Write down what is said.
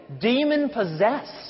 demon-possessed